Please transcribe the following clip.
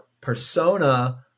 persona